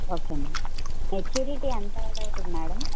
okay ma'am maturity ఎంత add అవుతుంది madam